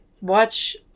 watch